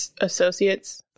Associates